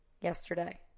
yesterday